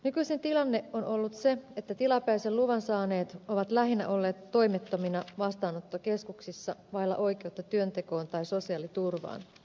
nykyisin tilanne on ollut se että tilapäisen luvan saaneet ovat lähinnä olleet toimettomina vastaanottokeskuksissa vailla oikeutta työntekoon tai sosiaaliturvaan